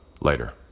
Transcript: Later